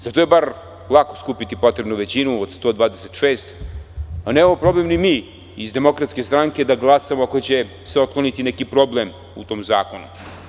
Za to je bar lako skupiti potrebnu većinu od 126, a nemamo problem ni mi iz DS da glasamo, ako će se otkloniti neki problem u tom zakonu.